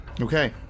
Okay